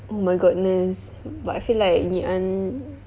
oh my goodness but I feel like ngee ann